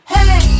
Hey